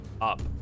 up